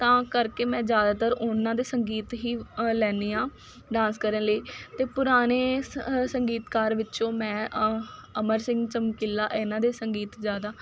ਤਾਂ ਕਰਕੇ ਮੈਂ ਜ਼ਿਆਦਾਤਰ ਉਹਨਾਂ ਦੇ ਸੰਗੀਤ ਹੀ ਲੈਂਦੀ ਹਾਂ ਡਾਂਸ ਕਰਨ ਲਈ ਅਤੇ ਪੁਰਾਣੇ ਸ ਸੰਗੀਤਕਾਰ ਵਿੱਚੋਂ ਮੈਂ ਅਮਰ ਸਿੰਘ ਚਮਕੀਲਾ ਇਹਨਾਂ ਦੇ ਸੰਗੀਤ ਜ਼ਿਆਦਾ